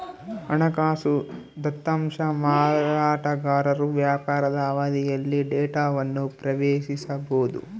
ಹಣಕಾಸು ದತ್ತಾಂಶ ಮಾರಾಟಗಾರರು ವ್ಯಾಪಾರದ ಅವಧಿಯಲ್ಲಿ ಡೇಟಾವನ್ನು ಪ್ರವೇಶಿಸಬೊದು